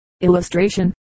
Illustration